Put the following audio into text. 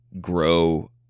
grow